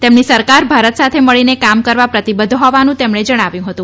તેમની સરકાર ભારત સાથે મળીને કામ કરવા પ્રતિબદ્ધ હોવાનું તેમણે જણાવ્યું હતું